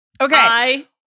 okay